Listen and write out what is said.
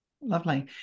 Lovely